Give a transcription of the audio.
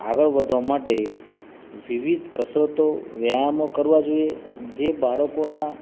આગળ વધવા માટે વિવિધ કસરતો વ્યાયામો કરવા જોઈએ જે બાળકોના